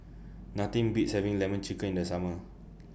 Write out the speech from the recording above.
Nothing Beats having Lemon Chicken in The Summer